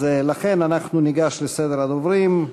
אנחנו ניגש לסדר הדוברים.